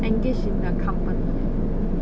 engage in the company